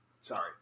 Sorry